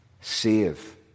save